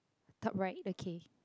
top right okay